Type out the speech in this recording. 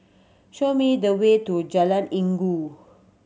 show me the way to Jalan Inggu